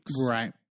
Right